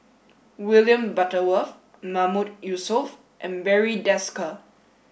William Butterworth Mahmood Yusof and Barry Desker